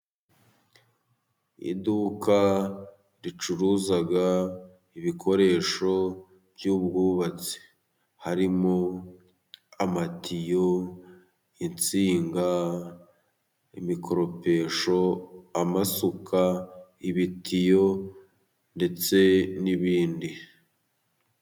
Iduka ricuruza ibikoresho by'ubwubatsi harimo amatiyo, insinga , imikoropesho, amasuka ibitiyo ndetse n'ibindi.